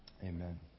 Amen